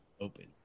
Open